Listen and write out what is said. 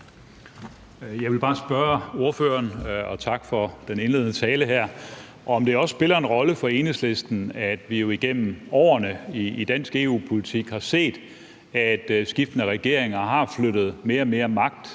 Jeg vil bare spørge ordføreren, og tak for den indledende tale her, om det også spiller en rolle for Enhedslisten, at vi igennem årene i dansk EU-politik har set, at skiftende regeringer har flyttet mere og mere magt